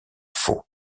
faulx